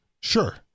Sure